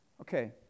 okay